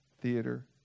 theater